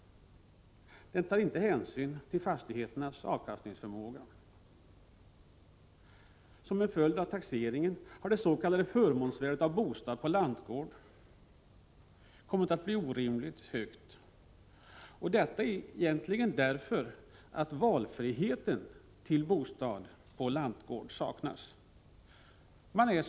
Den tar inte hänsyn till fastigheternas avkastningsförmåga. Som en följd av taxeringen har det s.k. förmånsvärdet av bostad på lantgård kommit att bli orimligt högt, inte minst med tanke på att valfrihet saknas för den som måste ha sin bostad på landsbygden.